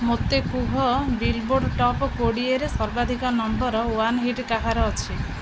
ମୋତେ କୁହ billboard top କୋଡ଼ିଏରେ ସର୍ବାଧିକ ନମ୍ବର୍ ୱାନ୍ ହିଟ୍ କାହାର ଅଛି